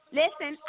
listen